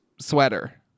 sweater